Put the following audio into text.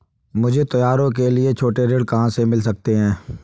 मुझे त्योहारों के लिए छोटे ऋण कहाँ से मिल सकते हैं?